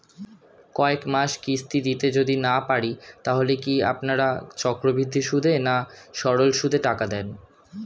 কয়েক মাস কিস্তি দিতে যদি না পারি তাহলে কি আপনারা চক্রবৃদ্ধি সুদে না সরল সুদে টাকা দেন?